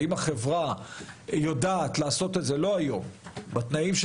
האם החברה יודעת לעשות את זה בתנאים של